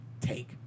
take